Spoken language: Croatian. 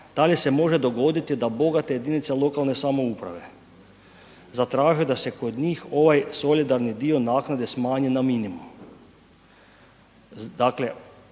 da li se može dogoditi da bogate jedinice lokalne samouprave zatraže da se kod njih ovaj solidarni dio naknade smanji na minimum?